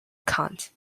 kant